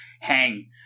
hang